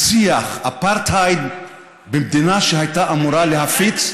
להנציח אפרטהייד במדינה שהייתה אמורה להפיץ,